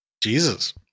Jesus